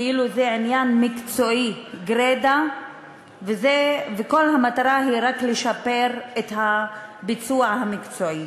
כאילו זה עניין מקצועי גרידא וכל המטרה היא רק לשפר את הביצוע המקצועי.